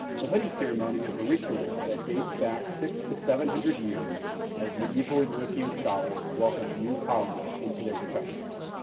the hooding ceremony is a ritual that dates back six to seven hundred years as medieval european scholars welcomed new colleagues into their professions.